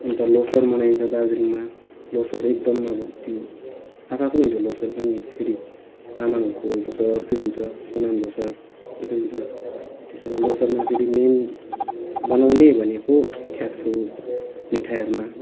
अन्त ल्होसार मनाइन्छ दार्जिलिङमा ल्होसार एकदम अब त्यो आफ्आफ्नो हुन्छ ल्होसार पनि फेरि तामाङको ल्होसार अर्कै हुन्छ सोनाम ल्होसार अर्कै हुन्छ त्यसरी ल्होसारमा फेरि मेन बनाउने भनेको ख्याप्सो हो मिठाइहरूमा